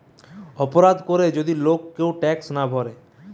অপরাধ করে যদি লোক কেউ ট্যাক্স না ভোরে